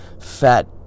Fat